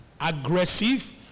aggressive